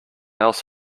else